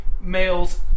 males